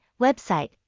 Website